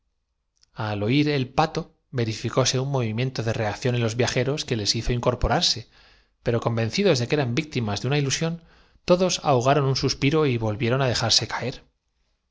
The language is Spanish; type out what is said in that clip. al oir el pato verificóse un movimiento de reacción seis días después de la detención ya no tenían que en los viajeros que les hizo incorporarse pero conven llevarse á la boca al séptimo hubo que triturar las cidos de que eran víctimas de una ilusión todos aho sustancias que contenían algún jugo y elaborar una garon un suspiro y volvieron á dejarse caer